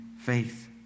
faith